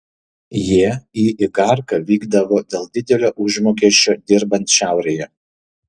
jie į igarką vykdavo dėl didelio užmokesčio dirbant šiaurėje